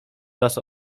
nas